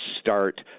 start